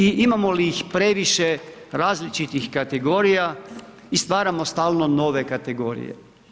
I imamo li ih previše različitih kategorija i stvarnom stalno nove kategorije?